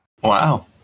Wow